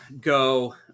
go